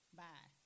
bye